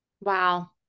Wow